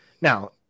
now